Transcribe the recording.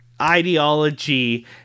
ideology